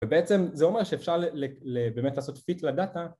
ובעצם זה אומר שאפשר באמת לעשות fit לדאטה